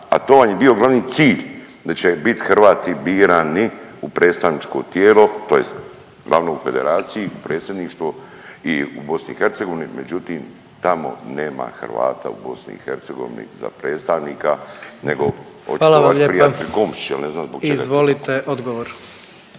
a to vam je bio glavni cilj da će bit Hrvati birani u predstavničko tijelo, tj. glavno u Federaciji Predsjedništvo u BiH, međutim, tamo nema Hrvata u BiH za predstavnika nego očito vaš prijatelj .../Upadica: Hvala vam lijepa./... Komšić